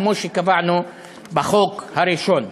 כמו שקבענו בחוק הראשון.